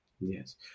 Yes